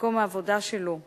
במקום העבודה שלו קופחו,